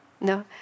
No